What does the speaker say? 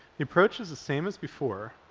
the approach is the same as before,